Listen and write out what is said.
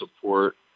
support